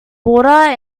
water